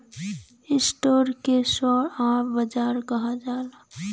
stock के share बाजार कहल जाला